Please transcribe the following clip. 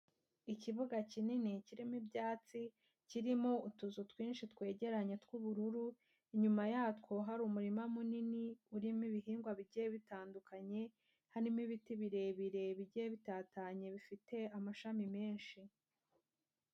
Ikibuga kinini kirimo ibyatsi, kirimo utuzu twinshi twegeranye tw'ubururu, inyuma yatwo hari umurima munini urimo ibihingwa bigiye bitandukanye, harimo ibiti birebire bigiye bitatanye bifite amashami menshi.